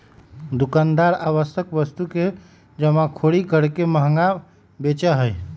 दुकानदार आवश्यक वस्तु के जमाखोरी करके महंगा बेचा हई